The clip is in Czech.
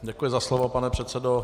Děkuji za slovo, pane předsedo.